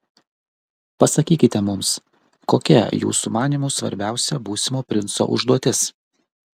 pasakykite mums kokia jūsų manymu svarbiausia būsimo princo užduotis